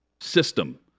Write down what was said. system